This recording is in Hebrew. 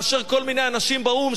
מאשר כל מיני אנשים באו"ם,